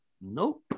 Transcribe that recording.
nope